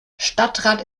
stadtrat